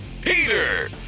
Peter